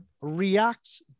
reacts